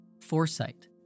foresight